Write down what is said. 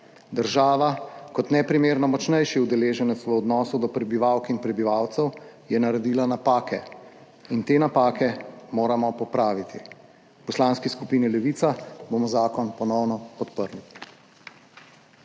Država je kot neprimerno močnejši udeleženec v odnosu do prebivalk in prebivalcev naredila napake in te napake moramo popraviti. V Poslanski skupini Levica bomo zakon ponovno podprli.